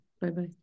Bye-bye